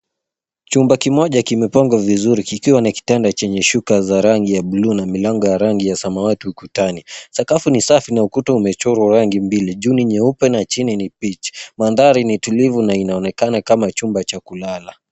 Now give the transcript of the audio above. Chumba kimoja kimepangwa vizuri kikiwa na kitanda chenye shuka za rangi ya buluu na milango ya rangi ya samawati ukutani. Sakafu ni safi na ukuta umechorwa rangi mbili, juu ni nyeupe na chini ni peach . Mandhari ni tulivu na inaonekana kama chumba cha kulala.